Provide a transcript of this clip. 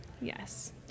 yes